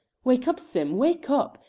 wake up, sim! wake up!